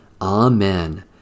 Amen